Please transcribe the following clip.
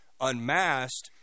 unmasked